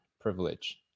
privilege